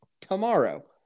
Tomorrow